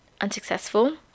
unsuccessful